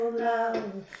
love